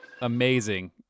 amazing